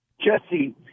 Jesse